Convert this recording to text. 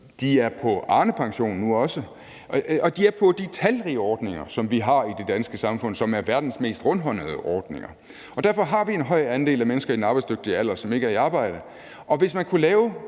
også på Arnepension – de er på de talrige ordninger, som vi har i det danske samfund, og som er verdens mest rundhåndede ordninger. Derfor har vi en høj andel af mennesker i den arbejdsdygtige alder, som ikke er i arbejde, og hvis man kunne lave